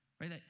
right